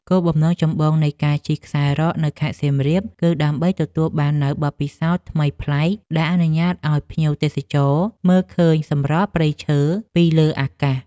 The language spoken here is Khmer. គោលបំណងចម្បងនៃការជិះខ្សែរ៉កនៅខេត្តសៀមរាប គឺដើម្បីទទួលបាននូវបទពិសោធន៍ថ្មីប្លែក ដែលអនុញ្ញាតឱ្យភ្ញៀវទេសចរមើលឃើញសម្រស់ព្រៃឈើពីលើអាកាស។